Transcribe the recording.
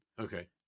Okay